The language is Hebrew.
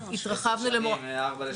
שעברה התרחבנו מארבע.